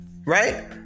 Right